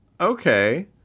Okay